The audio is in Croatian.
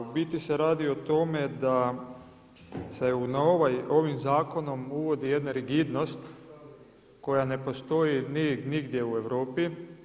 U biti se radi o tome da se ovim zakonom uvodi jedna rigidnost koja ne postoji nigdje u Europi.